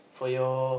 for your